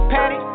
Patty